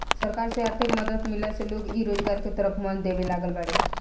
सरकार से आर्थिक मदद मिलला से लोग इ रोजगार के तरफ मन देबे लागल बाड़ें